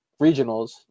Regionals